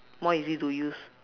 more easy to use